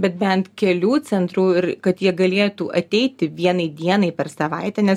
bet bent kelių centrų ir kad jie galėtų ateiti vienai dienai per savaitę nes